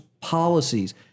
policies